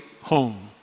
home